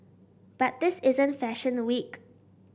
but this isn't fashion a week